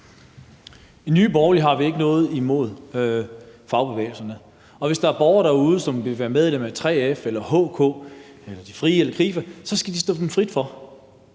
I Nye Borgerlige har vi ikke noget imod fagbevægelsen, og hvis der er borgere derude, som vil være medlem af 3F, HK, Frie eller Krifa, skal det stå dem frit for.